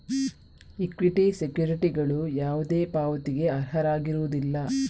equity ಸೆಕ್ಯುರಿಟಿಗಳು ಯಾವುದೇ ಪಾವತಿಗೆ ಅರ್ಹವಾಗಿರುವುದಿಲ್ಲ